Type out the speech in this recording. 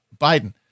Biden